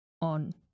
on